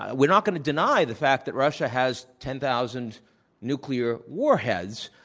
ah we're not going to deny the fact that russia has ten thousand nuclear warheads.